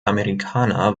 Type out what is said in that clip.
amerikaner